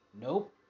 Nope